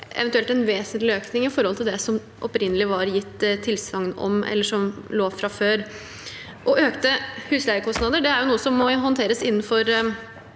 eventuelt en vesentlig økning i forhold til det som det opprinnelig var gitt tilsagn om, eller som lå der fra før. Økte husleiekostnader er noe som må håndteres innenfor